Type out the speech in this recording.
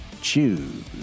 choose